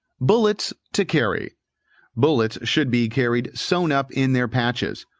bullets, to carry bullets should be carried sewn up in their patches,